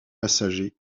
passagers